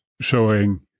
showing